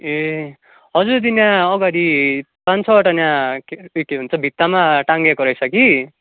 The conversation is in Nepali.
ए हजुर दी यहाँ अगाडि पाँच छवटा यहाँ उयो के पो के भन्छ भित्तामा टाँगेको रहेछ कि